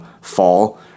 fall